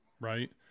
right